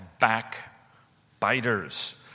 Backbiters